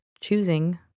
choosing